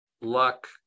luck